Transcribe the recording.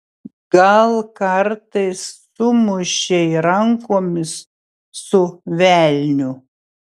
gal kartais sumušei rankomis su velniu